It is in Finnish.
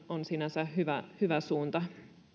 on sinänsä hyvä hyvä suunta